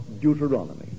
Deuteronomy